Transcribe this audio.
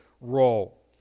role